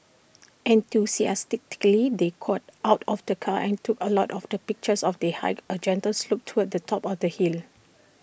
enthusiastically they got out of the car and took A lot of the pictures of they hiked A gentle slope towards the top of the hill